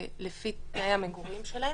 לפי תנאי המגורים שלהם,